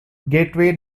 gateway